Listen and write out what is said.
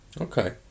okay